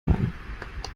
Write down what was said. nein